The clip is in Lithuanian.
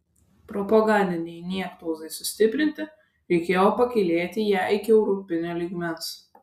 propagandinei niektauzai sustiprinti reikėjo pakylėti ją iki europinio lygmens